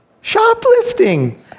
shoplifting